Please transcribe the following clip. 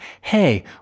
hey